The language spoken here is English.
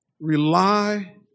rely